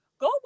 go